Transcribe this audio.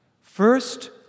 First